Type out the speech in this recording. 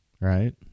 right